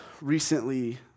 recently